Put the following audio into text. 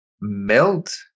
melt